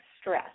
stress